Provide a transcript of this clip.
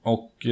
Och